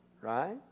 right